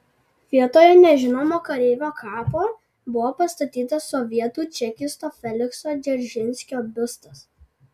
vietoje nežinomo kareivio kapo buvo pastatytas sovietų čekisto felikso dzeržinskio biustas